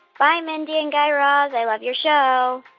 bye, mindy and guy raz. i love your show